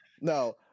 no